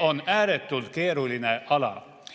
on ääretult keeruline ala.